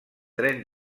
tren